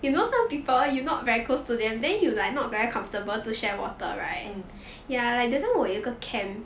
mm